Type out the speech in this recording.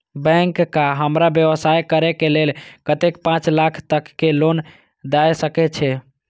Bank का हमरा व्यवसाय करें के लेल कतेक पाँच लाख तक के लोन दाय सके छे?